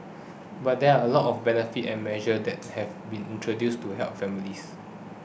but there are a lot of benefits and measures that have been introduced to help families